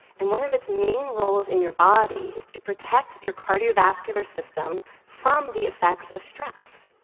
and one of its main roles in your body is to protect your cardiovascular system from the effects of stress.